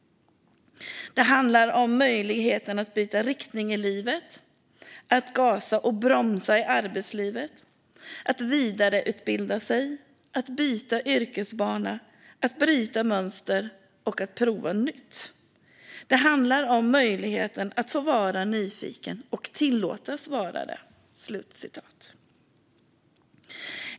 Det handlar om möjligheten att byta riktning i livet, att gasa och bromsa i arbetslivet, att vidareutbilda sig, att byta yrkesbana, att bryta mönster och att prova nytt. Det handlar om möjligheten att få vara nyfiken och om att tillåtas vara det."